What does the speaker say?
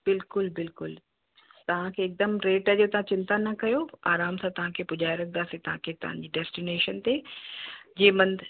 बिल्कुलु बिल्कुल तव्हांखे हिकदमि रेट जो तव्हां चिंता न कयो आराम सां तव्हांखे पुॼाए रखंदासीं तव्हांखे तव्हांजी डेस्टीनेशन ते जी मंदिर